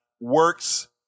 works